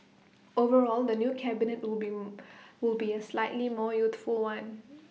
overall the new cabinet will been will be A slightly more youthful one